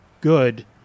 good